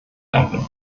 danken